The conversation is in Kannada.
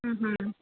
ಹ್ಞೂ ಹ್ಞೂ